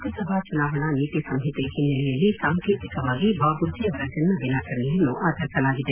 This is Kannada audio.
ಲೋಕಸಭಾ ಚುನಾವಣಾ ನೀತಿ ಸಂಹಿತೆ ಹಿನ್ನೆಲೆಯಲ್ಲಿ ಸಾಂಕೇತಿಕವಾಗಿ ಬಾಬೂಜಿ ಅವರ ಜನ್ಮ ದಿನಾಚರಣೆಯನ್ನು ಆಚರಿಸಲಾಗಿದೆ